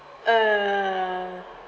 uh